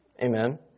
amen